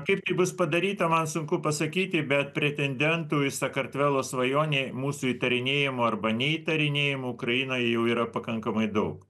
kaip tai bus padaryta man sunku pasakyti bet pretendentų į sakartvelo svajonę mūsų įtarinėjimu arba neįtarinėjimu ukrainoje jau yra pakankamai daug